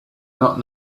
not